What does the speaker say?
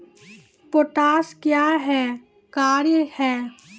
Potash का क्या कार्य हैं?